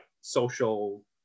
social